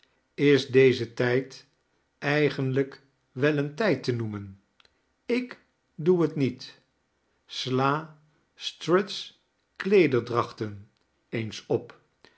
is deze tijd eigenlijk wel een tijd te noemen i k doe t niet sla strutt's kleederdrachten eens op